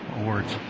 awards